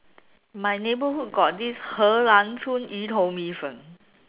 my neighborhood got this 荷兰村鱼头米粉